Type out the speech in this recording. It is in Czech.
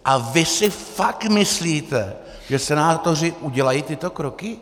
A vy si fakt myslíte, že senátoři udělají tyto kroky?